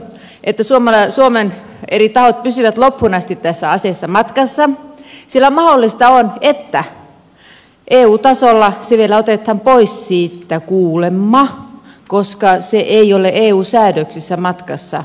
minä todella toivon että suomen eri tahot pysyvät loppuun asti tässä asiassa matkassa sillä mahdollista on että eu tasolla se vielä otetaan pois siitä kuulemma koska se ei ole eu säädöksissä matkassa